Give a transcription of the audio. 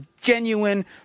genuine